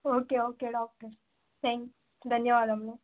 okay okay doctor thank you ధన్యవాదములు